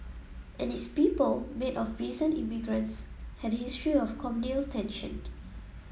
and its people made up of recent immigrants had a history of communal tensions